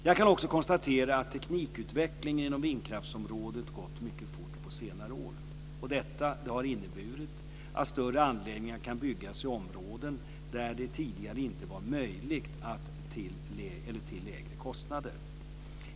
Jag kan också konstatera att teknikutvecklingen inom vindkraftsområdet gått mycket fort på senare år. Detta har inneburit att större anläggningar kan byggas i områden där det tidigare inte varit möjligt och till lägre kostnader.